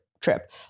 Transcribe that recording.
trip